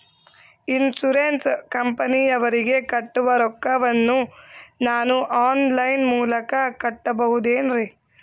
Insurance ಕಂಪನಿಯವರಿಗೆ ಕಟ್ಟುವ ರೊಕ್ಕ ವನ್ನು ನಾನು ಆನ್ ಲೈನ್ ಮೂಲಕ ಕಟ್ಟಬಹುದೇನ್ರಿ?